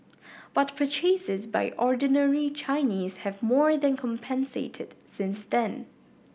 but purchases by ordinary Chinese have more than compensated since then